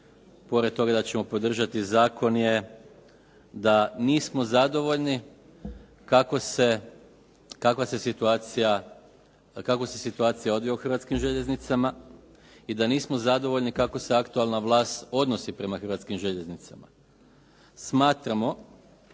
pored toga da ćemo podržati zakon je da nismo zadovoljni kako se situacija odvija u Hrvatskim željeznicama i da nismo zadovoljni kako se aktualna vlast odnosi prema Hrvatskim željeznicama. Smatramo